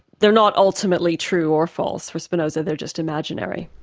they're not ultimately true or false, for spinoza they're just imaginary.